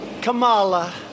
Kamala